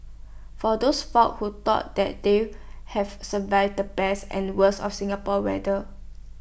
for those folks who thought that they have survived the best and the worst of Singapore weather